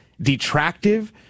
detractive